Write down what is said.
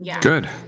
Good